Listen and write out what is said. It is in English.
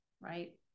right